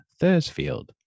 Thursfield